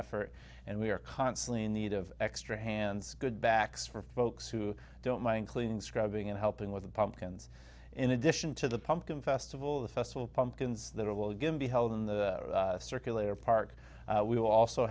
effort and we are constantly in need of extra hands good backs for folks who don't mind cleaning scrubbing and helping with the pumpkins in addition to the pumpkin festival the festival pumpkins that will again be held in the circulator park we also